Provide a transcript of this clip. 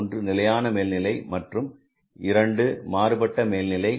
ஒன்று நிலையான மேல்நிலை மற்றும் 2 மாறுபட்ட மேல்நிலை